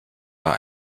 war